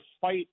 fight